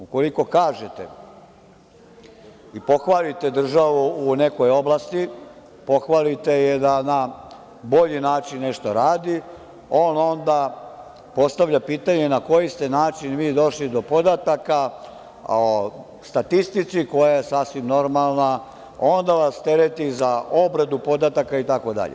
Ukoliko kažete i pohvalite državu u nekoj oblasti, pohvalite je da na bolji način nego što radi, on onda postavlja pitanje na koji ste način vi došli do podataka, o statistici koja je sasvim normalna i onda vas tereti za obradu podataka itd.